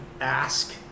ask